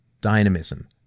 dynamism